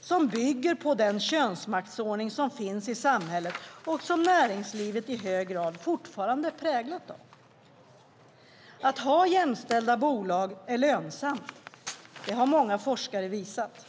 som bygger på den könsmaktsordning som finns i samhället och som näringslivet i hög grad fortfarande är präglat av. Att ha jämställda bolag är lönsamt. Det har många forskare visat.